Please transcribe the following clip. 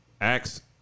Acts